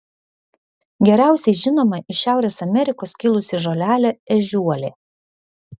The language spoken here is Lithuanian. geriausiai žinoma iš šiaurės amerikos kilusi žolelė ežiuolė